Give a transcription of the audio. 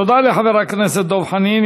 תודה לחבר הכנסת דב חנין.